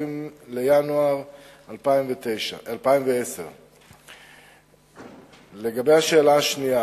בינואר 2010. 2. לגבי השאלה השנייה,